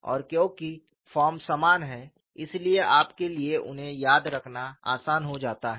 और क्यों की फॉर्म समान है इसलिए आपके लिए उन्हें याद रखना आसान हो जाता है